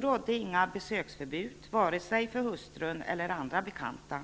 rådde inga besöksförbud, vare sig för hustrun eller andra bekanta.